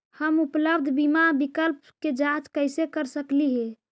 हम उपलब्ध बीमा विकल्प के जांच कैसे कर सकली हे?